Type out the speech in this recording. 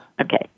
Okay